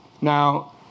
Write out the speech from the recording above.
Now